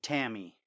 Tammy